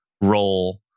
role